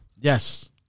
Yes